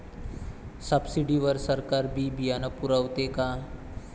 Subsidy वर सरकार बी बियानं पुरवते का?